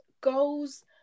goals